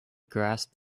grasped